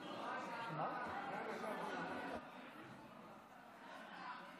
ביטן, זה מפריע למזכירות הכנסת למנות את